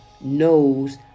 knows